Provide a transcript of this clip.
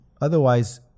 otherwise